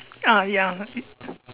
ah ya